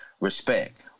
respect